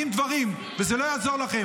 אתם ממציאים דברים, וזה לא יעזור לכם.